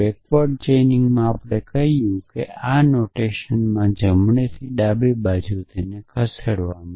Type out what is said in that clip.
backward chaining આપણે કહ્યું કે આ રીતે જમણેથી ડાબેથી જઈશું